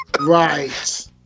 Right